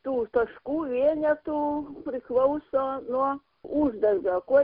tų taškų vienetų priklauso nuo uždarbio kuo